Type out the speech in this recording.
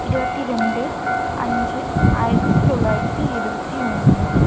இருபத்தி ரெண்டு அஞ்சு ஆயிரத்தி தொள்ளாயிரத்தி எழுபத்தி ஒன்று